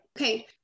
Okay